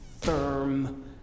firm